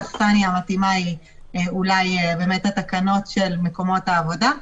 האכסניה המתאימה היא אולי התקנות של מקומות העבודה.